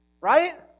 Right